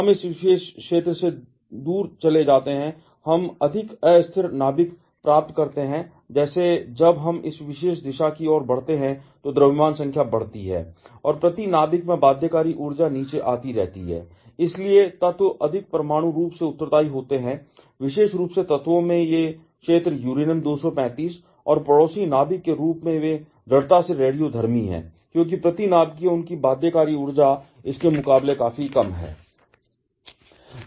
हम इस विशेष क्षेत्र से दूर चले जाते हैं हम अधिक अस्थिर नाभिक प्राप्त करते हैं जैसे जब हम इस विशेष दिशा की ओर बढ़ते हैं तो द्रव्यमान संख्या बढ़ती है और प्रति नाभिक में बाध्यकारी ऊर्जा नीचे आती रहती है और इसलिए तत्व अधिक परमाणु रूप से उत्तरदायी होते हैं विशेष रूप से तत्वों में ये क्षेत्र यूरेनियम 235 और पड़ोसी नाभिक के रूप में वे दृढ़ता से रेडियोधर्मी हैं क्योंकि प्रति नाभिकीय उनकी बाध्यकारी ऊर्जा इसके मुकाबले काफी कम है